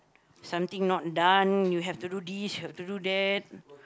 something not done you have to do this you have to do that